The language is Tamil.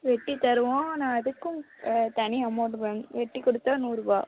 வெட்டி தருவோம் ஆனால் அதுக்கும் தனி அமௌண்ட் மேம் வெட்டி கொடுத்தா நூறுரூபா